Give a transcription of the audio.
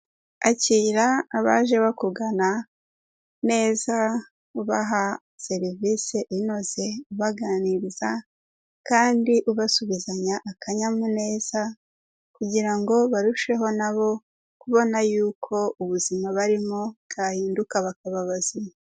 Akira abaje bakugana neza, ubaha serivisi inoze, ubaganiriza kandi ubasubizanya akanyamuneza kugira ngo barusheho na bo kubona yuko ubuzima barimo bwahinduka bakaba bazima.